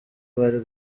bari